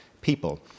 people